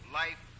life